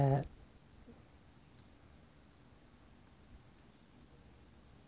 that's so sad